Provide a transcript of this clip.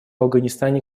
афганистане